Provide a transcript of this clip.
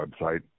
website